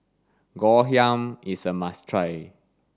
ngoh hiang is a must try